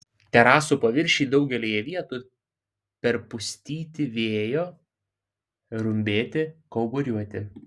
terasų paviršiai daugelyje vietų perpustyti vėjo rumbėti kauburiuoti